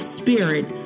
spirit